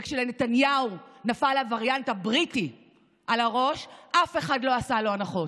וכשלנתניהו נפל הווריאנט הבריטי על הראש אף אחד לא עשה לו הנחות.